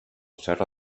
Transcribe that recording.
serra